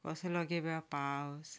कसलो गो बाये पावस